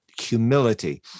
humility